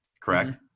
correct